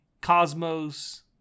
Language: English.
cosmos